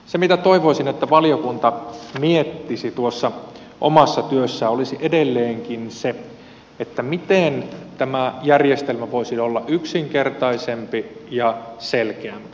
se mitä toivoisin että valiokunta miettisi tuossa omassa työssään olisi edelleenkin se miten tämä järjestelmä voisi olla yksinkertaisempi ja selkeämpi